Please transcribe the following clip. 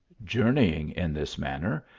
jour neying in this manner,